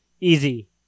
easy